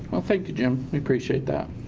well thank you jim, we appreciate that.